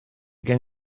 gen